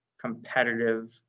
competitive